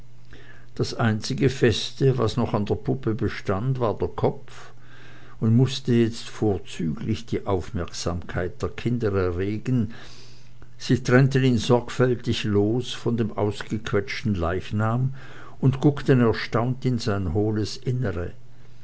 das einzige feste was noch an der puppe bestand war der kopf und mußte jetzt vorzüglich die aufmerksamkeit der kinder erregen sie trennten ihn sorgfältig los von dem ausgequetschten leichnam und guckten erstaunt in sein hohles innere